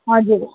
हजुर